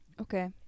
Okay